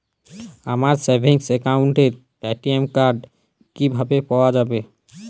আমার সেভিংস অ্যাকাউন্টের ATM card কিভাবে পাওয়া যাবে?